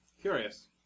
Curious